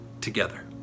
together